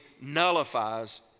nullifies